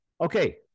Okay